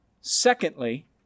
Secondly